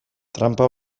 tranpa